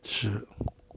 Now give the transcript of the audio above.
是